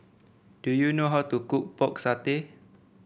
do you know how to cook Pork Satay